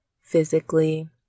physically